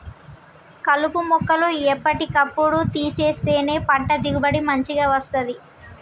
కలుపు మొక్కలు ఎప్పటి కప్పుడు తీసేస్తేనే పంట దిగుబడి మంచిగ వస్తది